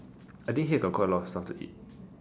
I think here got quite a lot of stuff to eat